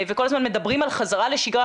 כל הזמן מדברים על חזרה לשגרה,